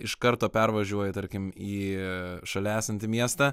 iš karto pervažiuoji tarkim į šalia esantį miestą